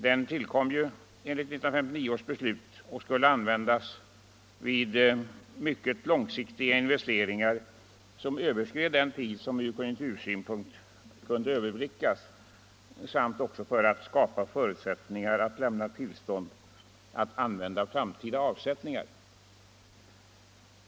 Den tillkom ju enligt 1959 års beslut för att användas vid mycket långsiktiga investeringar, som överskred den tid som ur konjunktursynpunkt kunde överblickas, samt också för att skapa förutsättningar att lämna tillstånd att utnyttja framtida avsättningar.